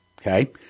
Okay